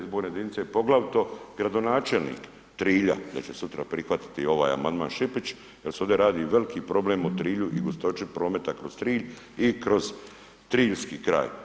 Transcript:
Izborne jedinice, poglavito gradonačelnik Trilja, da će sutra prihvatiti ovaj amandman, Šipić jer se ovdje radi o veliki problem o Trilju i gustoći prometa kroz Trilj i kroz triljski kraj.